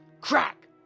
Crack